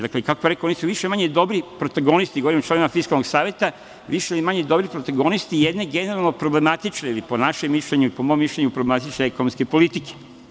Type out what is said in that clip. Dakle, kako rekoh oni su više-manje dobri protagonisti, govorim o članovima Fiskalnog saveta, više ili manje dobri protagonisti jedne generalno problematične ili po mom mišljenju problematične ekonomske politike.